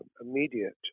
immediate